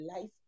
life